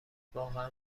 واقعا